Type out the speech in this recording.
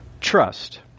trust